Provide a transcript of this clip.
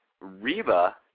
Reba